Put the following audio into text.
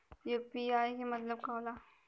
UPI के मतलब का होला?